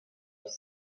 els